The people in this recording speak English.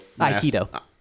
aikido